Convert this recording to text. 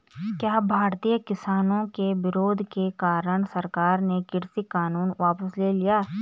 क्या भारतीय किसानों के विरोध के कारण सरकार ने कृषि कानून वापस ले लिया?